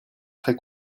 très